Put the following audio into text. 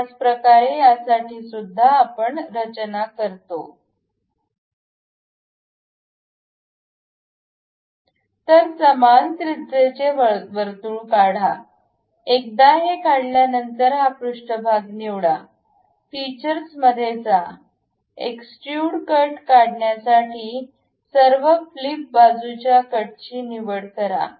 त्याचप्रकारे या साठी सुद्धा आपण रचना करतो तर समान त्रिज्येचे वर्तुळ काढा एकदा हे काढल्यानंतर हा पृष्ठभाग निवडा फीचर्स मध्ये जा एक्सट्रूड कट काढण्यासाठी सर्व फ्लिप बाजूच्याकट ची निवड करा